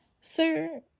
sir